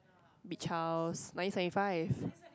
be Charles nineteen seventy five